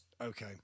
Okay